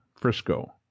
Frisco